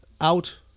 out